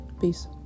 peace